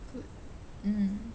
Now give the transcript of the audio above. good mm